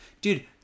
Dude